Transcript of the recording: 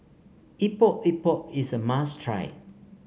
Epok Epok is a must try